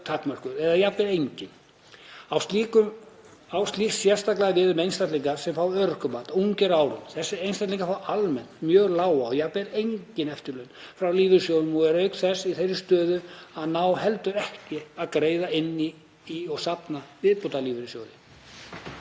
takmörkuð eða jafnvel engin. Á slíkt sérstaklega við um einstaklinga sem fá örorkumat ungir að árum. Þessir einstaklingar fá almennt mjög lág eða jafnvel engin eftirlaun frá lífeyrissjóðum og eru auk þess í þeirri stöðu að ná heldur ekki að greiða inn í og safna viðbótarlífeyrissparnaði.